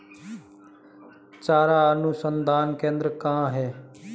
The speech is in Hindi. चारा अनुसंधान केंद्र कहाँ है?